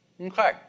Okay